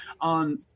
on